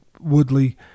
Woodley